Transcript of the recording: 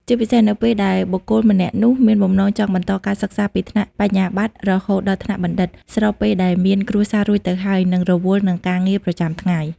ជាពិសេសនៅពេលដែលបុគ្គលម្នាក់នោះមានបំណងចង់បន្តការសិក្សាពីថ្នាក់ បរិញ្ញាបត្រ រហូតដល់ថ្នាក់បណ្ឌិត ស្របពេលដែលមាន គ្រួសារ រួចទៅហើយ និង រវល់នឹងការងារ ប្រចាំថ្ងៃ។